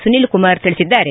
ಸುನಿಲ್ ಕುಮಾರ್ ತಿಳಿಸಿದ್ದಾರೆ